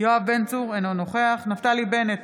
יואב בן צור, אינו נוכח נפתלי בנט,